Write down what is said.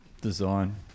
design